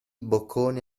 boccone